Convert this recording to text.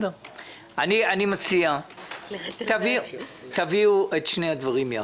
אני מציע שתביאו את שני הדברים ביחד,